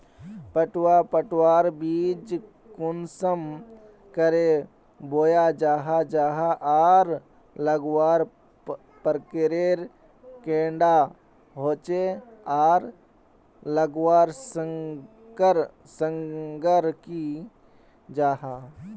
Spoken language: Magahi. पटवा पटवार बीज कुंसम करे बोया जाहा जाहा आर लगवार प्रकारेर कैडा होचे आर लगवार संगकर की जाहा?